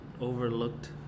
overlooked